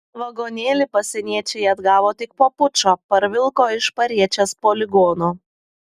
vagonėlį pasieniečiai atgavo tik po pučo parvilko iš pariečės poligono